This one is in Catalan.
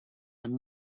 amb